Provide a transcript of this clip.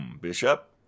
Bishop